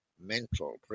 mental